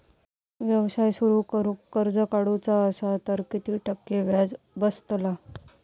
व्यवसाय सुरु करूक कर्ज काढूचा असा तर किती टक्के व्याज बसतला?